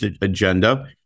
agenda